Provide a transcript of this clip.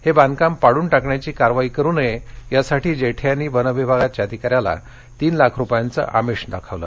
हविंधकामं पाडून टाकण्याची कारवाई करु नयत्रा साठी जठाविनी वन विभागाच्या अधिकाऱ्याला तीन लाख रुपयांचं आमिष दाखवलं